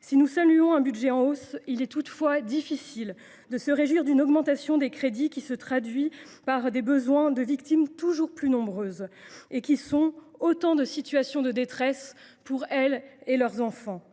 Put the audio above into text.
Si nous saluons un budget en hausse, il est toutefois difficile de se réjouir d’une augmentation des crédits, laquelle traduit la hausse des besoins des victimes, toujours plus nombreuses, et reflète autant de situations de détresse pour elles et leurs enfants.